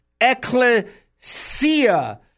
ecclesia